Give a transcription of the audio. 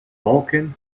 vulkan